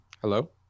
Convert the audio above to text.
Hello